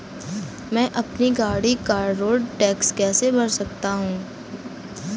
मैं अपनी गाड़ी का रोड टैक्स कैसे भर सकता हूँ?